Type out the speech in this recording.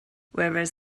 whereas